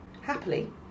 Happily